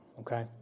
okay